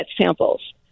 samples